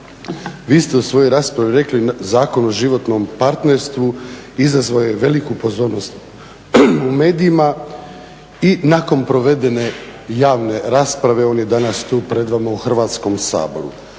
vi ste u svojoj raspravi rekli Zakon o životnom partnerstvu izazvao je veliku pozornost u medijima i nakon provedene javne rasprave on je danas tu pred vama u Hrvatskom saboru.